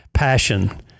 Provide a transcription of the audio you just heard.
passion